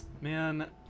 Man